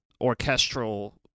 orchestral